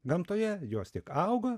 gamtoje jos tik auga